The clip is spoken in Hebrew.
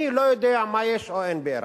אני לא יודע מה יש או אין באירן,